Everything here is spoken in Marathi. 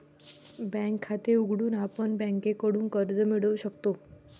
बँक खाते उघडून आपण बँकेकडून कर्ज मिळवू शकतो